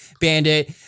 bandit